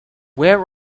where